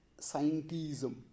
scientism